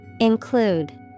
Include